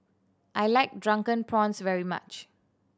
I like Drunken Prawns very much